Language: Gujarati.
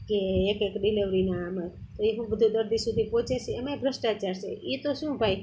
કે એક એક ડિલેવરીના આમાં એ શું બધું દર્દી સુધી પહોંચે સે એમાંય ભ્રષ્ટાચાર છે એ તો શું ભાઈ